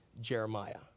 Jeremiah